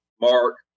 Mark